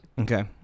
Okay